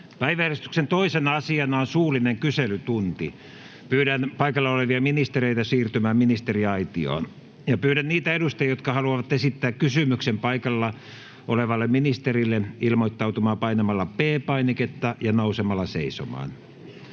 Päiväjärjestyksen 2. asiana on suullinen kyselytunti. Pyydän paikalla olevia ministereitä siirtymään ministeriaitioon. Pyydän niitä edustajia, jotka haluavat esittää kysymyksen paikalla olevalle ministerille, ilmoittautumaan painamalla P-painiketta ja nousemalla seisomaan.